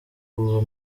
ubu